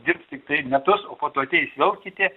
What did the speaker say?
dirbti tik tai metus o po to ateis jau kiti